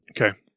Okay